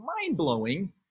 mind-blowing